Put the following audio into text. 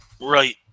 Right